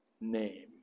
name